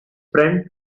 friend